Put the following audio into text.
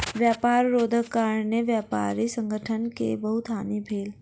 व्यापार रोधक कारणेँ व्यापारी संगठन के बहुत हानि भेल